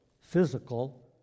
physical